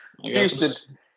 Houston